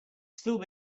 still